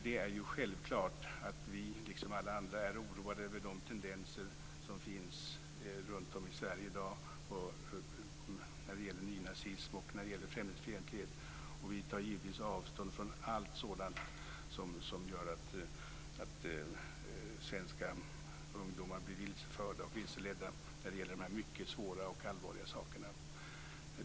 Det är självklart att vi liksom alla andra är oroade över de tendenser som finns runt om i Sverige i dag när det gäller nynazism och främlingsfientlighet. Vi tar givetvis avstånd från allt sådant som gör att svenska ungdomar blir vilseförda och vilseledda när det gäller de här mycket svåra och allvarliga sakerna.